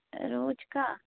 रोज़ का